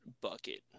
bucket